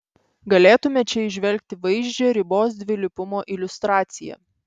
galėtume čia įžvelgti vaizdžią ribos dvilypumo iliustraciją